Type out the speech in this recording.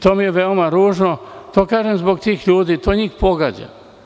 To je veoma ružno, to kažem zbog tih ljudi, to njih pogađa.